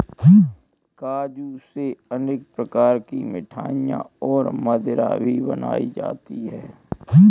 काजू से अनेक प्रकार की मिठाईयाँ और मदिरा भी बनाई जाती है